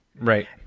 Right